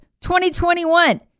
2021